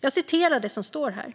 Så här står det